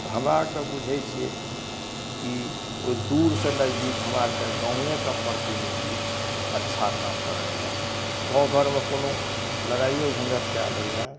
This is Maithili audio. हमरा आरके बुझै छियै की ओहि दूर सऽ नजदीक हमरा आरके गाँवेके प्रतिनिधी अच्छा काम करैया गाँव घरमे कोनो लड़ाइयो झँझट कए लैया